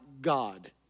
God